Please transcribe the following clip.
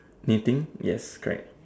knitting yes correct